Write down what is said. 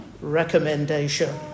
recommendation